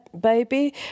baby